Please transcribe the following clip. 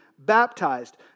baptized